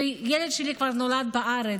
הילד שלי כבר נולד בארץ,